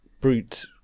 brute